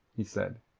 he said.